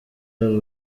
babo